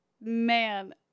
Man